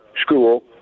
school